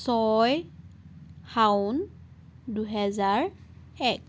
ছয় শাওণ দুহেজাৰ এক